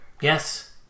yes